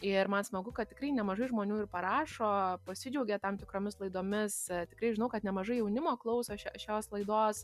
ir man smagu kad tikrai nemažai žmonių ir parašo pasidžiaugia tam tikromis laidomis tikrai žinau kad nemažai jaunimo klauso šios laidos